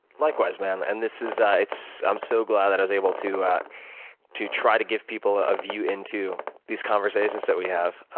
likewise, man and this is i am um so glad that i was able to to try to give people a view into these conversations that we have.